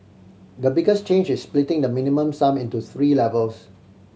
the biggest change is splitting the Minimum Sum into three levels